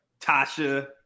Tasha